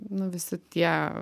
nu visi tie